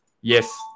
yes